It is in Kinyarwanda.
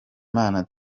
muhanzi